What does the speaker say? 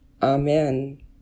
Amen